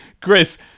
Chris